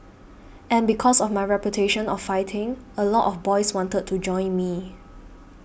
and because of my reputation of fighting a lot of boys wanted to join me